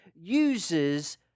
uses